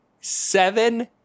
Seven